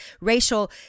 racial